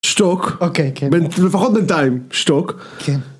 דתוק. אוקיי, כן. לפחות בינתיים, שתוק. כן.